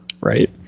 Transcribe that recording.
right